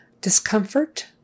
Discomfort